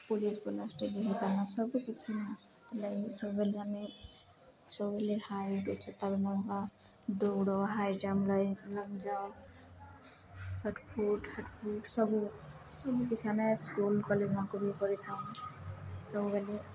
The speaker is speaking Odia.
ପୋଲିସ୍ କନେଷ୍ଟବଲ୍ ହେଇପରିବା ସବୁକିଛି ହେଇପରିବା ସବୁବେଲେ ଆମେ ସବୁବେଲେ ହାଇଟ୍ ଚେତାବେ ବା ଦୌଡ଼ ହାଇଜମ୍ପ ଲ ଲଙ୍ଗଜମ୍ପ ସଟଫୁଟ ହାଟ ଫୁଟ ସବୁ ସବୁକିଛି ଆମେ ସ୍କୁଲ୍ କଲେଜ୍ ମାନଙ୍କରେ ବି କରିଥାଉ ସବୁବେଲେ